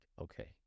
Okay